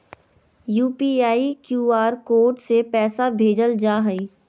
UPI, QR code से पैसा भेजल जा हइ